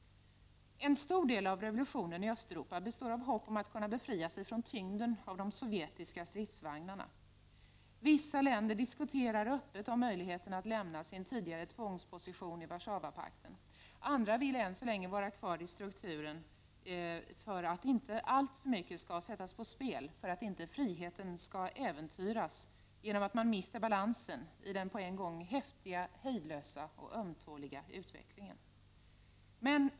En stor del av revolutionen i Östeuropa består av hopp om att kunna befria sig från tyngden av de sovjetiska stridsvagnarna. Vissa länder diskuterar öppet om möjligheten att lämna sin tidigare tvångsposition i Warszawapakten, andra vill än så länge vara kvar i strukturen för att inte alltför mycket skall sättas på spel och för att inte friheten skall äventyras genom att man mister balansen i den på en gång häftiga, hejdlösa och ömtåliga utvecklingen.